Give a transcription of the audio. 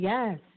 Yes